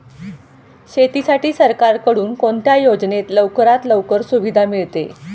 शेतीसाठी सरकारकडून कोणत्या योजनेत लवकरात लवकर सुविधा मिळते?